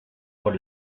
por